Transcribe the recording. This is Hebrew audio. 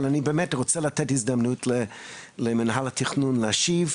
אבל אני באמת רוצה לתת הזדמנות למנהל התכנון להשיב.